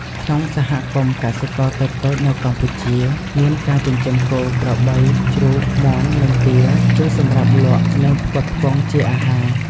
ក្នុងសហគមន៍កសិករតូចៗនៅកម្ពុជា មានការចិញ្ចឹម គោ ក្របី ជ្រូក មាន់ និងទា គឺសម្រាប់លក់ និងផ្គត់ផ្គង់ជាអាហារ។